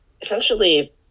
essentially